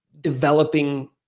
developing